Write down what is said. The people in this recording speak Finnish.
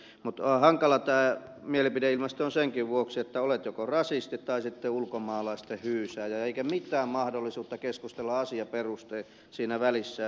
mutta hankala tämä mielipideilmasto on senkin vuoksi että olet joko rasisti tai sitten ulkomaalaisten hyysääjä eikä ole mitään mahdollisuutta keskustella asiaperusteisesti siinä välissä